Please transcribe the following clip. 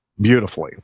beautifully